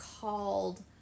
called